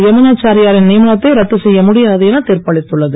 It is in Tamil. யமுனாச்சாரியாரின் நியமனத்தை ரத்து செய்ய முடியாது எனத் திர்ப்பளித்துள்ளது